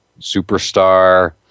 superstar